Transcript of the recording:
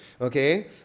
okay